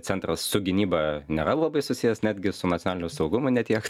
centras su gynyba nėra labai susijęs netgi su nacionaliniu saugumu ne tiek